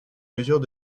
mesures